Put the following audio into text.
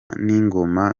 n’ingoma